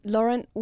Lauren